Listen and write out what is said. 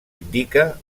indica